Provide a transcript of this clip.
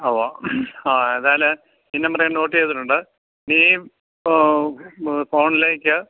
ആ ഉവ്വ അ എന്നാൽ ഈ നമ്പറ് ഞാൻ നോട്ട് ചെയ്തിട്ടുണ്ട് ഇനി ഈ ഫോണിലേക്ക്